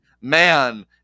man